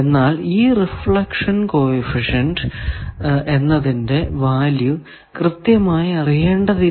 എന്നാൽ ഈ reflection coefficient എന്നതിന്റെ വാല്യൂ കൃത്യമായി അറിയേണ്ടതില്ല